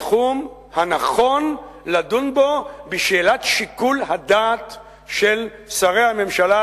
התחום הנכון לדון בו בשאלת שיקול הדעת של שרי הממשלה,